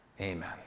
Amen